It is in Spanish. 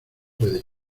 puede